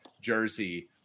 jersey